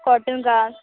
cotton का